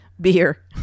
beer